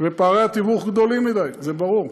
ופערי התיווך גדולים מדי, זה ברור.